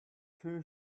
too